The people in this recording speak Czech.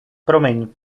promiň